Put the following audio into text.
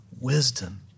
wisdom